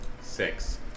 Six